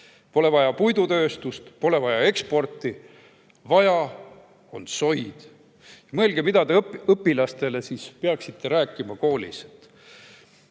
Pole vaja puidutööstust, pole vaja eksporti, vaja on soid. Mõelge, mida te õpilastele peaksite siis koolis